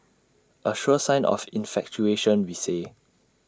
A sure sign of infatuation we say